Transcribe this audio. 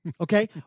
Okay